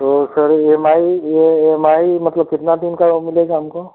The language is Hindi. तो सर ई एम आई यह इ एम आई मतलब कितना दिन का मिलेगा हमको